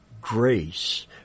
grace